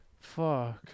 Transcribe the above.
Fuck